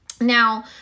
Now